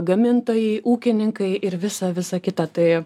gamintojai ūkininkai ir visa visa kita tai